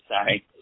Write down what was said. Sorry